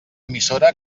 emissora